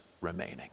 remaining